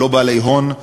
ולא בעלי הון,